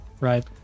Right